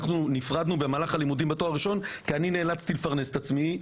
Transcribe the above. אנחנו נפרדנו במהלך הלימודים בתואר הראשון כי אני נאצלתי לפרנס את עצמי,